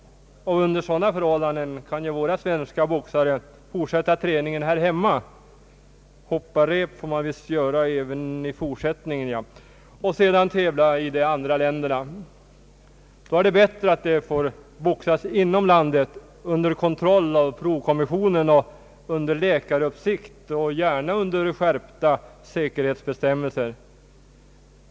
Under sådana förhållanden kan ju våra svenska boxare fortsätta träningen här hemma — hoppa rep får man visst göra även i fortsättningen — och sedan tävla i de andra länderna. Då är det bättre att de får boxas inom landet under kontroll av prokommissionen och under läkaruppsikt och gärna under skärpta säkerhetsbestämmelser.